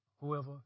whoever